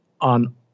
on